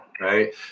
right